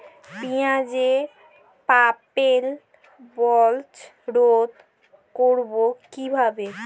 পেঁয়াজের purple blotch রোধ করবো কিভাবে?